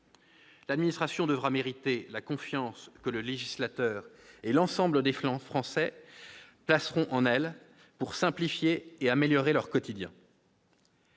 L'administration devra mériter la confiance que le législateur et l'ensemble des Français placeront en elle pour simplifier et améliorer le quotidien